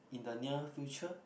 in the near future